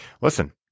listen